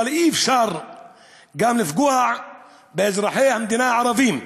אבל אי-אפשר גם לפגוע באזרחי המדינה הערבים,